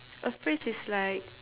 a phrase is like